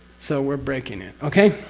so we're breaking it. okay?